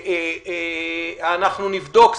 אנחנו נבדוק,